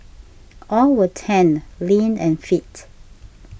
all were tanned lean and fit